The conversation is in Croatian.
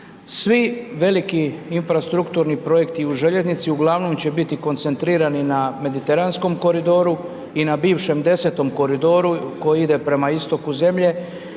Svi veliki infrastrukturni projekti u željeznici uglavnom će biti koncentrirani na mediteranskom koridoru i na bivšem 10.-tom koridoru koji ide prema istoku zemlje